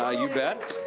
ah you bet.